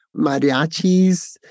mariachis